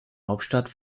hauptstadt